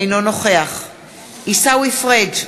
אינו נוכח עיסאווי פריג'